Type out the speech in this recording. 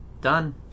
Done